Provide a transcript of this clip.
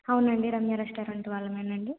అవునండి రమ్య రెస్టారెంట్ వాళ్ళమేనండి